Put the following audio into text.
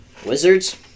Wizards